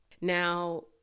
Now